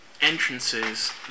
entrances